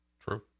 true